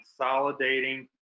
consolidating